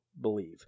believe